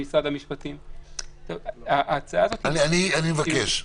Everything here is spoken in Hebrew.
ההצעה הזאת --- אני מבקש,